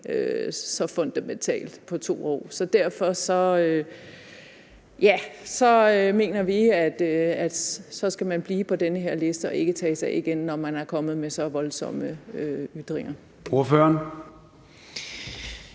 så fundamentalt på 2 år. Derfor mener vi, at man skal blive på den her liste og ikke tages af igen, når man er kommet med så voldsomme ytringer. Kl.